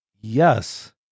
Yes